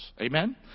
Amen